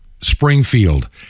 Springfield